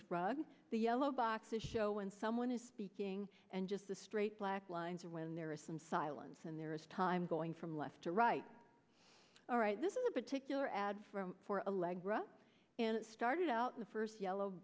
drug the yellow boxes show when someone is speaking and just the straight black lines are when there is some silence and there is time going from left to right all right this is a particular ad for allegro and it started out the first yellow